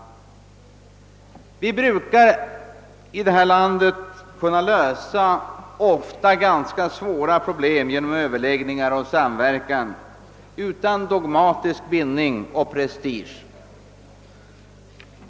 Vi brukar i detta land kunna lösa ofta ganska svåra problem genom överläggningar och samverkan utan dogmatisk bindning och prestige.